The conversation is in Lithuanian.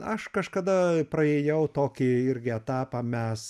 aš kažkada praėjau tokį irgi etapą mes